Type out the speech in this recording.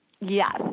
Yes